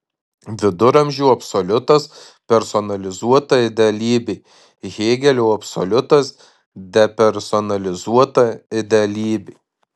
viduramžių absoliutas personalizuota idealybė hėgelio absoliutas depersonalizuota idealybė